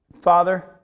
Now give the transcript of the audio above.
Father